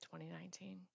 2019